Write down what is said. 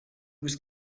was